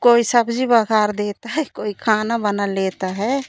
कोई सब्ज़ी बघार देता है कोई खाना बना लेता है